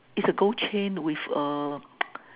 it's a gold chain with a